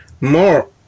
more